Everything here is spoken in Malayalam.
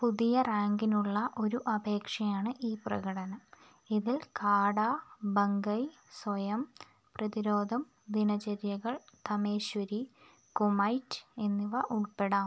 പുതിയ റാങ്കിനുള്ള ഒരു അപേക്ഷയാണ് ഈ പ്രകടനം ഇതിൽ കാടാ ബങ്കൈ സ്വയം പ്രതിരോധം ദിനചര്യകൾ തമേശ്വരി കുമൈറ്റ് എന്നിവ ഉൾപ്പെടാം